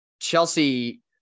Chelsea